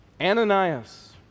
Ananias